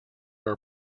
are